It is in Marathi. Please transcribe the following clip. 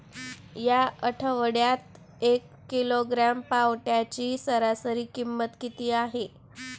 या आठवड्यात एक किलोग्रॅम पावट्याची सरासरी किंमत किती आहे?